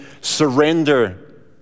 surrender